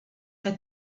que